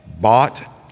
bought